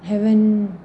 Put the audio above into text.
haven't